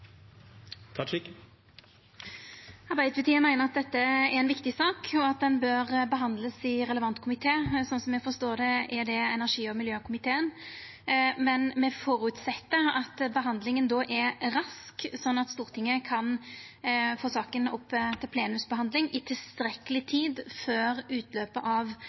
meiner at dette er ei viktig sak, og at ho bør behandlast i relevant komité. Sånn som eg forstår det, er det energi- og miljøkomiteen. Men me føreset at behandlinga då går raskt, sånn at Stortinget kan få saka opp til plenumsbehandling i tilstrekkeleg tid før utløpet av